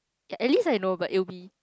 at least I know but it'll be